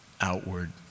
outward